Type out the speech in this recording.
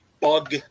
bug